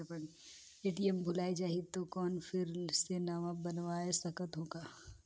ATM भुलाये जाही तो कौन फिर से नवा बनवाय सकत हो का?